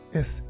Yes